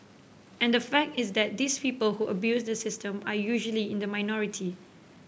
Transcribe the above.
and the fact is that these people who abuse the system are usually in the minority